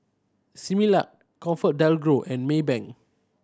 Similac ComfortDelGro and Maybank